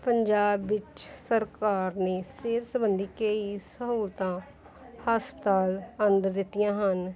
ਪੰਜਾਬ ਵਿੱਚ ਸਰਕਾਰ ਨੇ ਸਿਹਤ ਸੰਬੰਧੀ ਕਈ ਸਹੂਲਤਾਂ ਹਸਪਤਾਲ ਅੰਦਰ ਦਿੱਤੀਆਂ ਹਨ